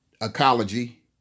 Ecology